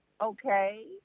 okay